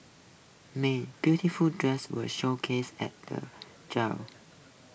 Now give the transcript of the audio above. may beautiful dresses were showcased at the